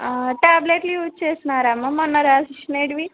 ట్యాబ్లెట్లు యూజ్ చేసినారమ్మ మొన్న రాసిసినటివి